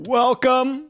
welcome